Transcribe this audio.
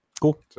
Cool